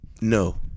No